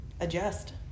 adjust